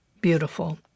Beautiful